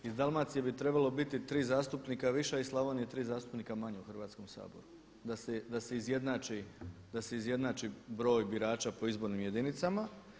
Iz Dalmacije bi trebalo biti 3 zastupnika više, a iz Slavonije 3 zastupnika manje u Hrvatskom saboru da se izjednači broj birača po izbornim jedinicama.